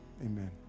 amen